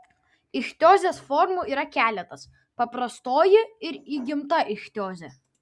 ichtiozės formų yra keletas paprastoji ir įgimta ichtiozė